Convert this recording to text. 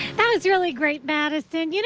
that was really great, madison. you know